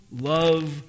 love